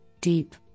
deep